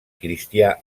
cristià